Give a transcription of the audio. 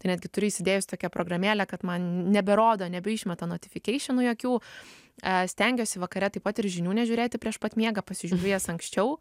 tai netgi turiu įsidėjus tokią programėlę kad man neberodo nebeišmeta notifikeišenų jokių stengiuosi vakare taip pat ir žinių nežiūrėti prieš pat miegą pasižiūriu jas anksčiau